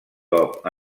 cop